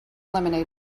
lemonade